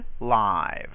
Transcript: live